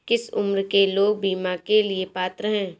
किस उम्र के लोग बीमा के लिए पात्र हैं?